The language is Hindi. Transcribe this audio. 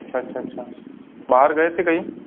अच्छा अच्छा अच्छा बाहर गए थे कहीं